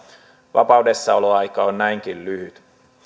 vapaudessaoloaika on näinkin lyhyt